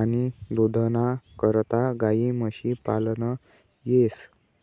आणि दूधना करता गायी म्हशी पालन येस